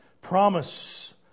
promise